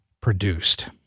produced